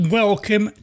welcome